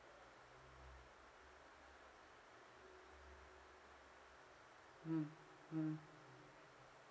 mm mm